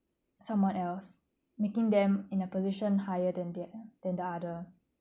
someone else making them in a position higher than that than the other